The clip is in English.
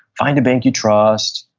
find the bank you trust.